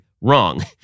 Wrong